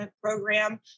program